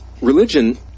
religion